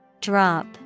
Drop